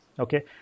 Okay